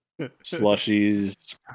Slushies